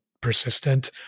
persistent